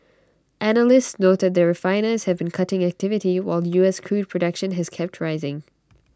analysts noted that refiners have been cutting activity while the U S crude production has kept rising